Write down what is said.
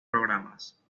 programas